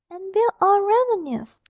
and we're all ravenous!